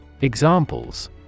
Examples